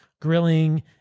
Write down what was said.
grilling